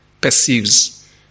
perceives